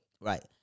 Right